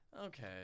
Okay